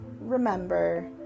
remember